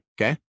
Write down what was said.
okay